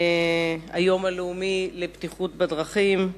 היום הלאומי לבטיחות בדרכים,